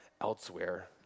elsewhere